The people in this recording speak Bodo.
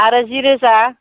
आरो जि रोजा